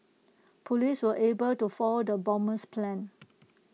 Police were able to foil the bomber's plans